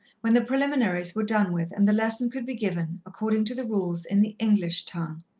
when the preliminaries were done with, and the lesson could be given, according to the rules, in the english tongue.